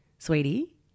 Sweetie